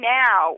now